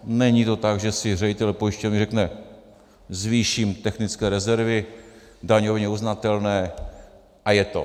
Není to tak, že si ředitel pojišťovny řekne: zvýším technické rezervy daňově uznatelné, a je to.